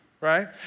right